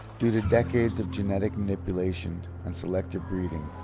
due to decades of genetic manipulation and selective breeding,